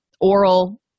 oral